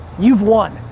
you've won.